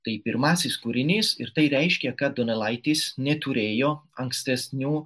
tai pirmasis kūrinys ir tai reiškia kad donelaitis neturėjo ankstesnių